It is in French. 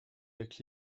avec